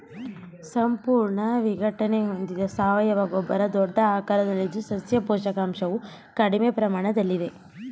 ಸಂಪೂರ್ಣ ವಿಘಟನೆ ಹೊಂದಿದ ಸಾವಯವ ಗೊಬ್ಬರ ದೊಡ್ಡ ಆಕಾರದಲ್ಲಿದ್ದು ಸಸ್ಯ ಪೋಷಕಾಂಶವು ಕಡಿಮೆ ಪ್ರಮಾಣದಲ್ಲಿದೆ